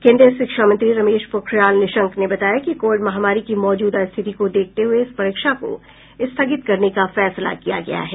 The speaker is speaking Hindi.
केंद्रीय शिक्षा मंत्री रमेश पोखरियाल निशंक ने बताया कि कोविड महामारी की मौजूदा स्थिति को देखते हुए इस परीक्षा को स्थगित करने का फैसला किया गया है